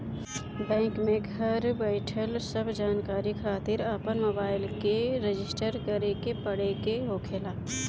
bank में घर बईठल सब जानकारी खातिर अपन मोबाईल के रजिस्टर करे के पड़े के होखेला